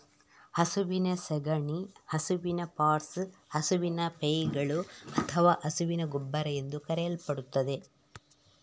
ಹಸುವಿನ ಸಗಣಿ ಹಸುವಿನ ಪಾಟ್ಸ್, ಹಸುವಿನ ಪೈಗಳು ಅಥವಾ ಹಸುವಿನ ಗೊಬ್ಬರ ಎಂದೂ ಕರೆಯಲ್ಪಡುತ್ತದೆ